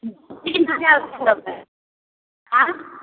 तीन हजार रुपैआ लेबे आँ